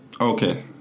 Okay